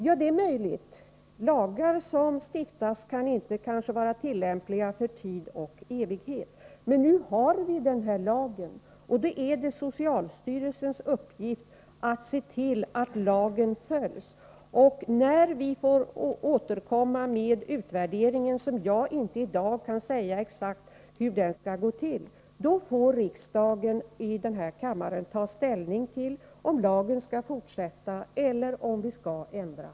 Ja, det är möjligt — lagar som stiftas kan inte vara tillämpliga för tid och evighet. Men nu har vi infört lagen i fråga, och då är det socialstyrelsens uppgift att se till att den följs. När vi fått möjlighet att återkomma med en utvärdering — jag kan i dag inte säga exakt hur den skall göras — får riksdagen här i kammaren ta ställning till om lagen skall bestå eller om den skall ändras.